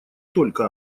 только